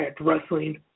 Wrestling